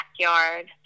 backyard